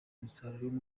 umusaruro